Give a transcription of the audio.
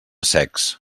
secs